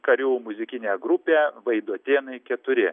karių muzikinė grupė vaidotėnai keturi